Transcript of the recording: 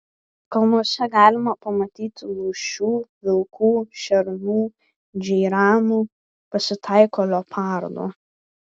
kalnuose galima pamatyti lūšių vilkų šernų džeiranų pasitaiko leopardų